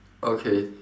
okay